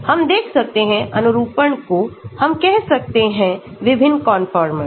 हम देख सकते हैं अनुरूपण को हम कह सकते हैं विभिन्न कन्फर्मर्स